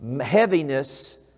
heaviness